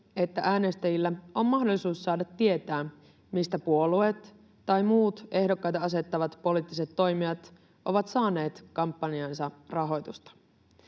että äänestäjillä on mahdollisuus saada tietää, mistä puolueet tai muut ehdokkaita asettavat poliittiset toimijat ovat saaneet kampanjaansa rahoitusta.